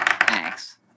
thanks